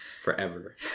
Forever